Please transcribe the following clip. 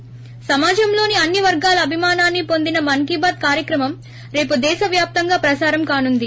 ి సమాజంలో అన్ని వర్గాల అభిమానాన్ని పొందిన మన్కీ బాత్ కార్యక్రమం రేపు దేశ వ్యాప్తంగా ప్రసారం కానుంది